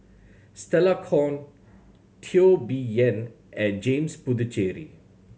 Stella Kon Teo Bee Yen and James Puthucheary